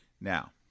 Now